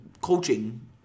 coaching